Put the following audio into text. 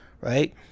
right